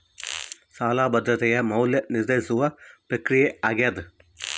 ಸಾಲ ಭದ್ರತೆಯ ಮೌಲ್ಯ ನಿರ್ಧರಿಸುವ ಪ್ರಕ್ರಿಯೆ ಆಗ್ಯಾದ